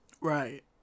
Right